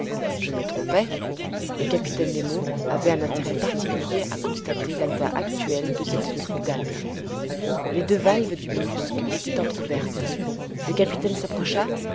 je me trompais le capitaine nemo avait un intérêt particulier à constater l'état actuel de cette tridacne les deux valves du mollusque étaient entr'ouvertes le capitaine s'approcha